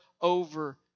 over